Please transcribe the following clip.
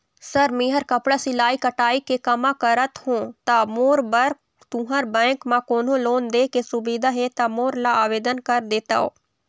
Sir मेहर कपड़ा सिलाई कटाई के कमा करत हों ता मोर बर तुंहर बैंक म कोन्हों लोन दे के सुविधा हे ता मोर ला आवेदन कर देतव?